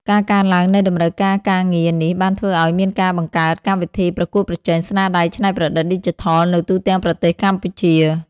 ការកើនឡើងនៃតម្រូវការការងារនេះបានធ្វើឱ្យមានការបង្កើតកម្មវិធីប្រកួតប្រជែងស្នាដៃច្នៃប្រឌិតឌីជីថលនៅទូទាំងប្រទេសកម្ពុជា។